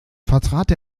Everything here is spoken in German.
vertrat